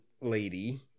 lady